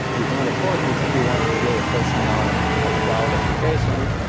and you can um afford this if you want to build a personal ah cloud application,